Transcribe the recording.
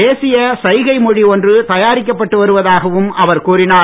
தேசிய சைகை மொழி ஒன்று தயாரிக்கப் பட்டு வருவதாகவும் அவர் கூறினார்